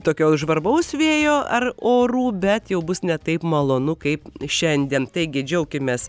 tokio žvarbaus vėjo ar orų bet jau bus ne taip malonu kaip šiandien taigi džiaukimės